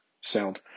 sound